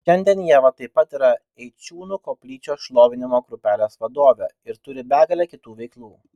šiandien ieva taip pat yra eičiūnų koplyčios šlovinimo grupelės vadovė ir turi begalę kitų veiklų